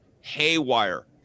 haywire